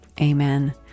Amen